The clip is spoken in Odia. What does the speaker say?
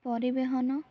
ପରିବହନ